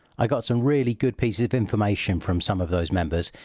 i got some really good pieces of information from some of those members,